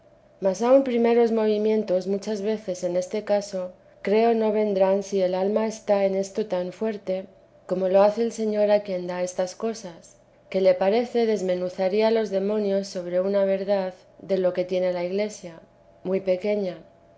mas aun primeros movimientos muchas veces en este caso creo no vernán si el alma está en esto tan fuerte como lo hace el señor a quien da estas cosas que le parece desmenuzaría los demonios sobre una verdad de lo que tiene la iglesia muy pequeña